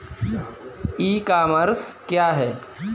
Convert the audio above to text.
ई commerce क्या है?